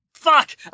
fuck